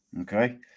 Okay